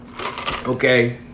Okay